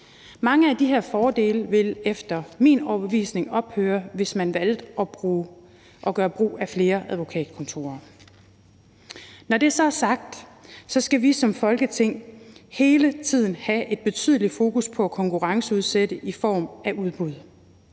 Mange af de her fordele ville efter min overbevisning ophøre, hvis man valgte at gøre brug af flere advokatkontorer. Når det så er sagt, skal vi som Folketing hele tiden have fokus på at konkurrenceudsætte i form af udbud.